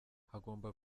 hagomba